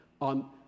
on